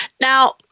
Now